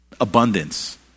abundance